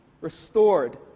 restored